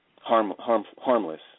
harmless